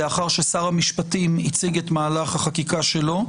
לאחר ששר המשפטים הציג את מהלך החקיקה שלו,